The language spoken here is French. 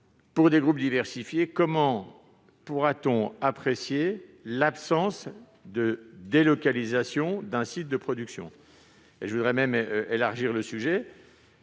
Pour des groupes diversifiés, comment apprécier l'absence de délocalisation d'un site de production ? Permettez-moi d'élargir le sujet